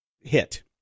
hit